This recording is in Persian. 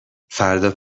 فردا